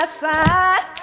side